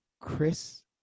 Chris